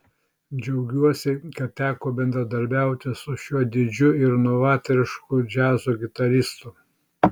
džiaugiuosi kad teko bendradarbiauti su šiuo didžiu ir novatorišku džiazo gitaristu